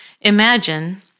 imagine